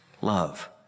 love